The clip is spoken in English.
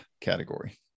category